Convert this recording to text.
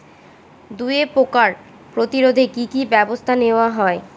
দুয়ে পোকার প্রতিরোধে কি কি ব্যাবস্থা নেওয়া হয়?